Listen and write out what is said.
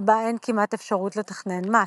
שבה אין כמעט אפשרות לתכנון מס.